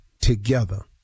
together